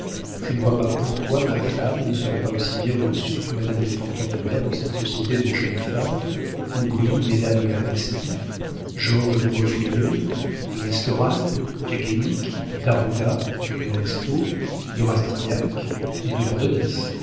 je ne vois pas pourquoi ma femme ne serait pas aussi bien reçue que madame de portenduère dans cette société de jeunes femmes où brillent mesdames de la bastie georges de maufrigneuse de l'estorade du guénic d'ajuda de restaud de rastignac et de